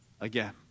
again